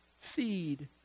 feed